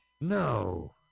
No